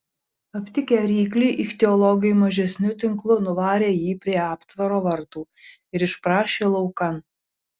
aptikę ryklį ichtiologai mažesniu tinklu nuvarė jį prie aptvaro vartų ir išprašė laukan